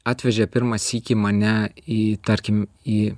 atvežė pirmą sykį mane į tarkim į